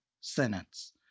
sentence